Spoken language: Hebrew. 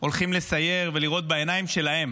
לסייר ולראות בעיניים שלהם